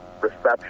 reception